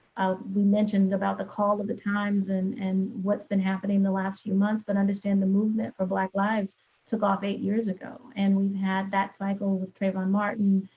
we mentioned about the call of the times and and what's been happening the last few months, but understand the movement for black lives took off eight years ago and we've had that cycle with trayvon martin,